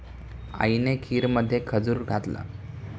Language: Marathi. आईने खीरमध्ये खजूर घातला